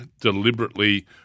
deliberately